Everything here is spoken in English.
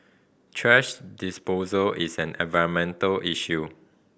thrash disposal is an environmental issue